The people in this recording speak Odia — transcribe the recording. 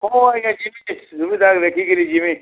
ହଁ ଆଜ୍ଞା ଯିମି ଯେ ଯିମି ସୁବିଧା ଦେଖିକିରି ଯିମି